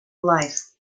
life